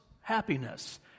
happiness